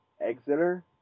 Exeter